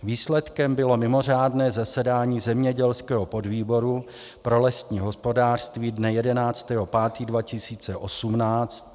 Výsledkem bylo mimořádné zasedání zemědělského podvýboru pro lesní hospodářství dne 11. 5. 2018.